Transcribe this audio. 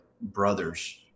brothers